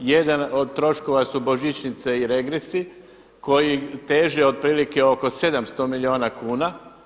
Jedan od troškova su božićnice i regresi koji teže otprilike oko 700 milijuna kuna.